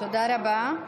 תודה רבה.